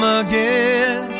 again